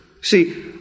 See